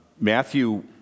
Matthew